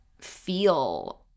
feel